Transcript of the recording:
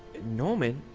norman?